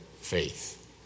faith